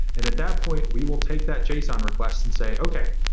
and at that point, we will take that json request and say, okay,